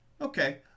okay